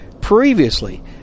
previously